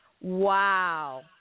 Wow